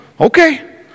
Okay